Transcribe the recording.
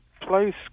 place